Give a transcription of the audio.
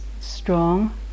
strong